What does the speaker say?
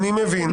אני מבין.